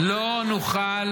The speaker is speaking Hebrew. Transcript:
-- לא נוכל